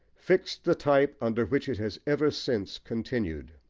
fixed the type under which it has ever since continued.